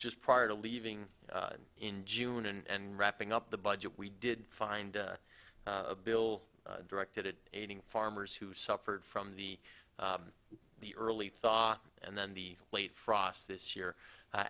just prior to leaving in june and wrapping up the budget we did find a bill directed at aiding farmers who suffered from the the early thaw and then the late frost this year